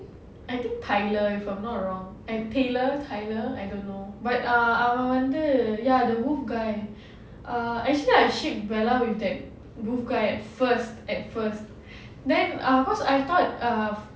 I think tyler if I'm not wrong uh taylor tyler I don't know but ah I wonder ya the wolf guy ah actually I ship bella with the wolf guy at first at first then ah because I thought ah